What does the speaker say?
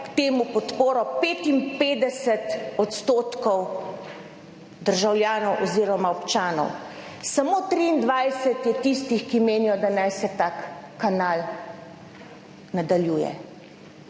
k temu podporo 55 % državljanov oziroma občanov, samo 23 je tistih, ki menijo, da naj se tak kanal nadaljuje.